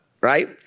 right